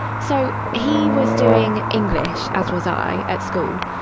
so, he was doing english, as was i, at school,